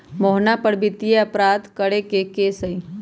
मोहना पर वित्तीय अपराध करे के केस हई